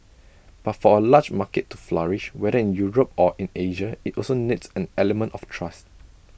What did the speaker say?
but for A large market to flourish whether in Europe or in Asia IT also needs an element of trust